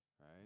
Right